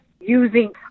using